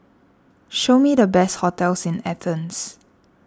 show me the best hotels in Athens